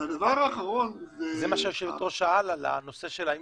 זה מה ששאלה יושבת הראש, האם